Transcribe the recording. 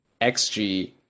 XG